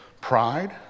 pride